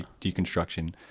deconstruction